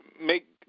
make